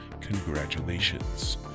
Congratulations